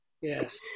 Yes